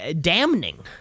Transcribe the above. damning